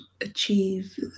achieve